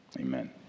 Amen